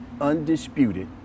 undisputed